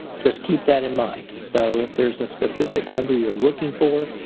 just keep that in mind. so, if there's a specific number you're looking for,